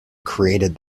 created